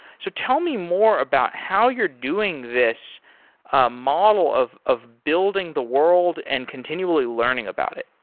so tell me more about how you're doing this ah model of of building the world and continually learning about it.